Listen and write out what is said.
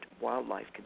wildlife